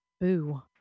boo